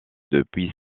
depuis